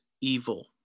evil